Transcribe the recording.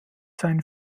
seinen